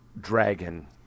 dragon